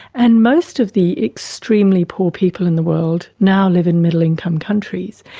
and most of the extremely poor people in the world now live in middle income countries.